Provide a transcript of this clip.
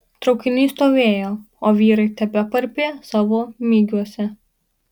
traukinys stovėjo o vyrai tebeparpė savo migiuose